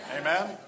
Amen